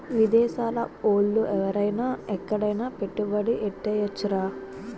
విదేశాల ఓళ్ళు ఎవరైన ఎక్కడైన పెట్టుబడి ఎట్టేయొచ్చురా